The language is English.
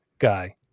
Guy